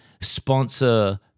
sponsor